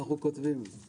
אנחנו כותבים את זה.